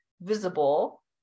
visible